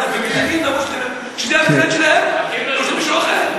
למוסלמים שזה המסגד שלהם או של מישהו אחר,